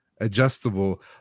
adjustable